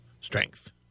strength